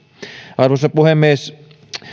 arvoisa puhemies